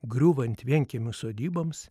griūvant vienkiemių sodyboms